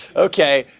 okay,